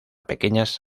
pequeñas